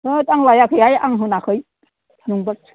थोथ आं लाइयाखै हाय आं होनाखै नोंबो